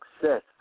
success